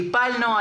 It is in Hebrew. טיפלנו,